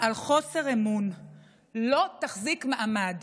על חוסר אמון לא תחזיק מעמד.